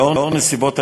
לאור נסיבות האירוע,